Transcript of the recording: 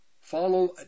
follow